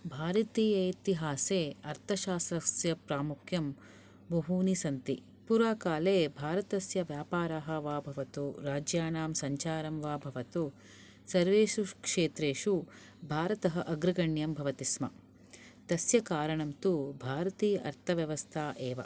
भारतीय इतिहासे अर्थशास्त्रस्य प्रामुख्यं बहूनि सन्ति पुरा काले भारतस्य व्यापारः वा भवतु राज्यानां सञ्चारं वा भवतु सर्वेषु क्षेत्रषु भारतः अग्रगण्यं भवति स्म तस्य कारणं तु भारतीय अर्थव्यवस्था एव